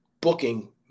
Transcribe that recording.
booking